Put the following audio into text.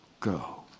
go